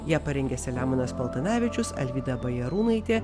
ją parengė selemonas paltanavičius alvyda bajarūnaitė